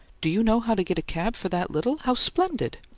do you know how to get a cab for that little? how splendid!